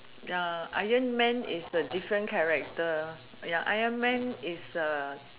ya iron man is a different character ya iron man is a